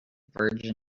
virgin